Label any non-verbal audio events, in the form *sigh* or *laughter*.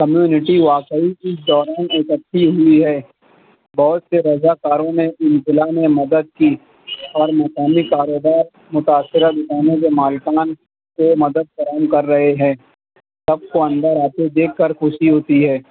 community واقعی اِس دوران اکٹھی ہوئی ہے بہت سے رضاکاروں نے *unintelligible* میں مدد کی اور مقامی کاروبارمتاثرہ دُکانوں کے مالکان کو مدد فراہم کر رہے ہیں سب کو اندر آتے دیکھ کر خوشی ہوتی ہے